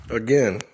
again